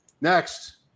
Next